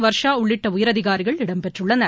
வர்ஷா உள்ளிட்ட உயர் அதிகாரிகள் இடம்பெற்றுள்ளனர்